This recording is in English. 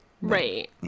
Right